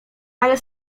ale